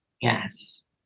Yes